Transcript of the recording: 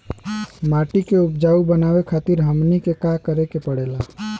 माटी के उपजाऊ बनावे खातिर हमनी के का करें के पढ़ेला?